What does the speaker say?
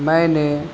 میں نے